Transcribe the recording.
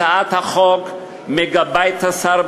הצעת החוק מגבה את השר,